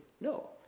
No